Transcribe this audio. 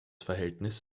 verhältnis